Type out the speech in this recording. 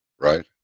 right